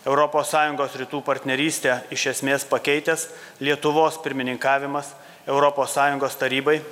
europos sąjungos rytų partnerystę iš esmės pakeitęs lietuvos pirmininkavimas europos sąjungos tarybai